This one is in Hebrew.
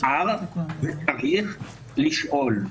מותר וצריך לשאול.